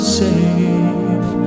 safe